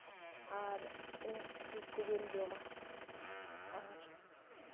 ᱟᱨ ᱤᱱᱟᱹ ᱠᱚᱵᱚᱱ ᱡᱚᱢᱟ ᱟᱨ